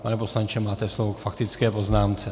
Pane poslanče, máte slovo k faktické poznámce.